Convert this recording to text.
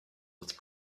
with